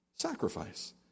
sacrifice